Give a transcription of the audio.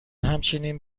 همچنین